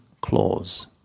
clause